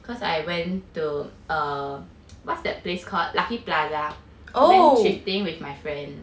cause I went to err what's that place called lucky plaza oh shifting with my friend